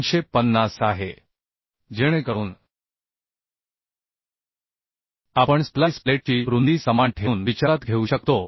त्यामुळे आपण स्प्लाईस प्लेटची रुंदी समान ठेवू शकतो आणि म्हणून स्प्लिस प्लेटची जाडी आपण फक्त रुंदीनुसार क्रॉस सेक्शनल करून शोधू शकतो जी 4